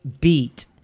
beat